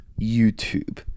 YouTube